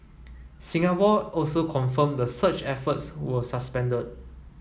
Singapore also confirmed the search efforts were suspended